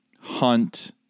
Hunt